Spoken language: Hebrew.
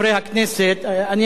ואתייחס לדברים שאמרת,